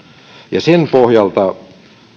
ja sen pohjalta